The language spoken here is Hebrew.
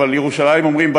ובירושלים אומרים,